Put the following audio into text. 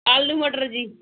ਆਲੂ ਮਟਰ ਜੀ